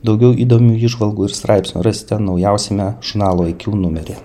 daugiau įdomių įžvalgų ir straipsnių rasite naujausiame žurnalo iq numeryje